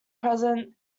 present